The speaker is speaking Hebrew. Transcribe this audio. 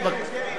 כן.